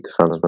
defenseman